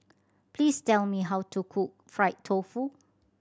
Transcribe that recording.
please tell me how to cook fried tofu